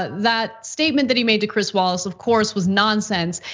but that statement that he made to chris wallace, of course, was nonsense.